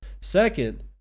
Second